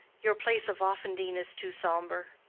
your place of offendene is too sombre.